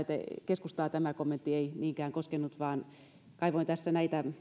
keskustaa tämä kommentti ei niinkään koskenut kaivoin tässä näitä